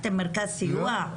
אתם מרכז סיוע?